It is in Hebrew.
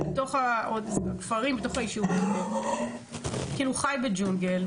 מה שאני מכל מכלול הבעיות כנראה הגדולות